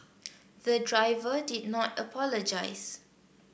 the driver did not apologise